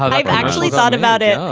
i actually thought about it,